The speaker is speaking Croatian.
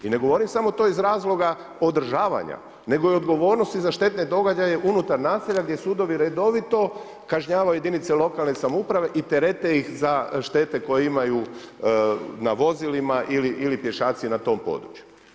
I ne govorim samo to iz razloga održavanja, nego i odgovornosti za štetne događaje unutar naselja gdje sudovi redovito kažnjavaju jedinice lokalne samouprave i terete ih za štete koje imaju na vozilima ili pješaci na tom području.